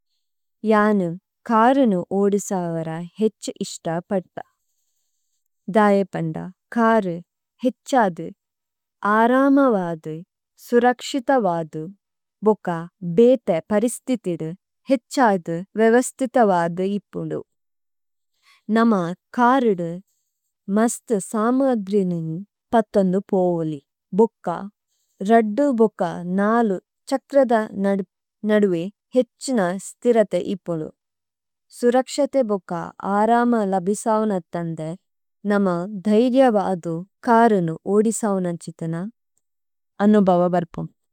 യാനു കാരുനു ഓഡിസാവരായ് ഹേച്ച ഇഷ്ടപഡ്ട। ദായപംഡ കാരു ഹേച്ചാദു ആരാമവാദു സുരക്ഷിതവാദു ബുക്ക ബേടെ പരിസ്തിതിഡു ഹേച്ചാദു വേവസ്ഥിതവാദു ഇപ്പുഡു। നമ കാരുഡു മസ്ത സാമഗ്രിനിനു പത്തന്നു പോവലി ബുക്ക രഡ്ഡു ബുക്ക നാലു ചക്രദ നഡുവേ ഹേച്ചന സ്തിരതെ ഇപ്പുഡു। സുരക്ഷദേ ബുക്ക ആരാമാ ലഭിസാവു നത്തംദേ നമ ധൈളിയവാദു കാരുനു ഓഡിസാവു നംചിദ്ദന അനുഭവബര്പുന്നു।